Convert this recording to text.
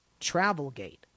Travelgate